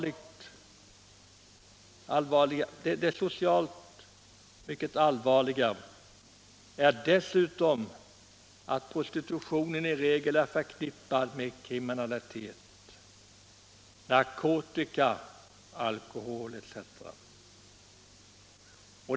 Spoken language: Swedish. Det socialt mycket allvarliga är dessutom att prostitutionen i regel är förknippad med kriminalitet, narkotika, alkohol etc.